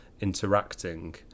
interacting